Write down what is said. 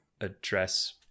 address